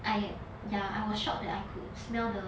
I ya I was shocked that I could smell the